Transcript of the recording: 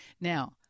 Now